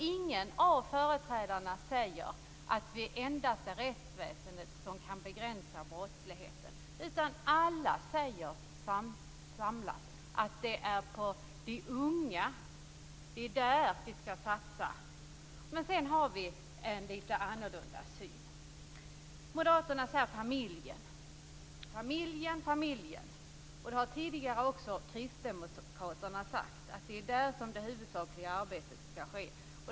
Ingen av företrädarna säger att det endast är rättsväsendet som kan begränsa brottsligheten, utan alla säger samlat att det är på de unga som vi skall satsa. Men sedan har vi en lite annorlunda syn. Moderaterna säger: Familjen! Kristdemokraterna har också tidigare sagt att det är där som det huvudsakliga arbetet skall ske.